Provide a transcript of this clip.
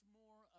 more